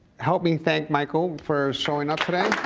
help me thank michael for showing up today.